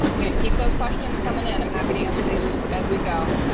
again, keep those questions coming in. i'm happy to answer these as as we go.